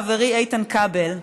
חברי איתן כבל,